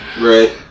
right